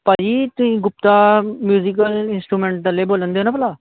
ਭਾਜੀ ਤੁਸੀਂ Gupta musical instrument ਵਾਲੇ ਬੋਲਣ ਦਿਓ ਨਾ ਭਲਾ